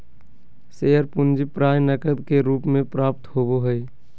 share पूंजी प्राय नकद के रूप में प्राप्त होबो हइ